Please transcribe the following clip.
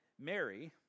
Mary